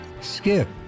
Skip